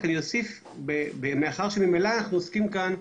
רק אני אוסיף שמאחר שממילא אנחנו עוסקים כאן,